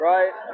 Right